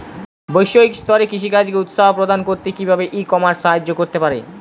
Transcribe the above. বৈষয়িক স্তরে কৃষিকাজকে উৎসাহ প্রদান করতে কিভাবে ই কমার্স সাহায্য করতে পারে?